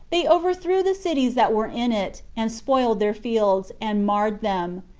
they overthrew the cities that were in it, and spoiled their fields, and marred them,